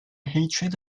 hatred